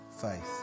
faith